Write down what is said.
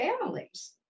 families